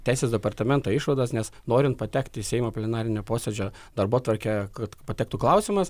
teisės departamento išvadas nes norint patekti į seimo plenarinio posėdžio darbotvarkę kad patektų klausimas